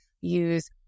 use